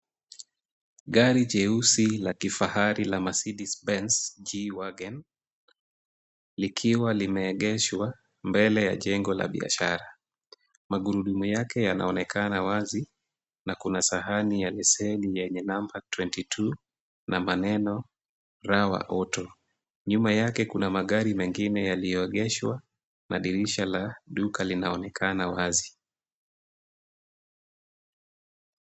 Ngari jeusi la kifahari la Mercedes-Benz G-Wagen, likiwa limeegeshwa mbele ya jengo la biashara, Magurundumu yake yanaonekana wazi, na kuna sahani ya leseni enye namba 22, na maneno Raha wa Hoto, nyuma yake kuna magari mengine yaliyoegeshwa, na dirisha la duka linaonekana wazi.